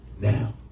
Now